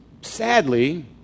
Sadly